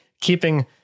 keeping